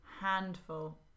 handful